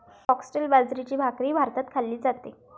foxtail बाजरीची भाकरीही भारतात खाल्ली जाते